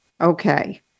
okay